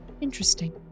Interesting